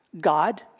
God